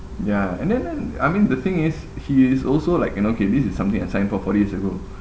ya and then then I mean the thing is he is also like you know okay this is something I sign for four days ago